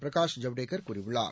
பிரகாஷ் ஜவ்டேகர் கூறியுள்ளார்